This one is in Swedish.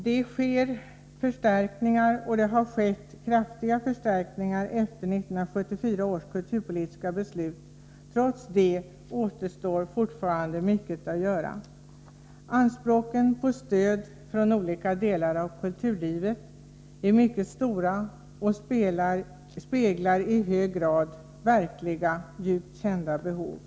Det sker och har skett kraftiga förstärkningar efter 1974 års kulturpolitiska beslut, men ändå återstår mycket att göra. Anspråken på stöd från olika delar av kulturlivet är mycket stora och speglar i hög grad verkliga, djupt kända behov.